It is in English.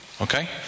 Okay